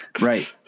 right